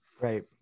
Right